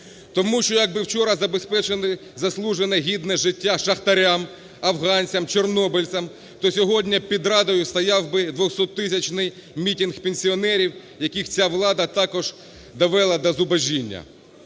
Тому що, якби би вчора забезпечили заслужене гідне життя шахтарям, афганцям, чорнобильцям, то сьогодні під Радою стояв би 200-тисячний мітинг пенсіонерів, яких ця влада також довела до зубожіння,